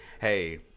hey